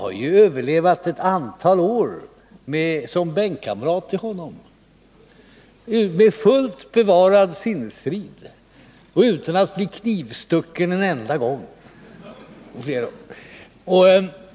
Trots att jag ett antal år har varit hans bänkkamrat har jag ju överlevat — med fullt bevarad sinnesfrid och utan att ha blivit knivstucken en enda gång.